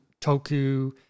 Toku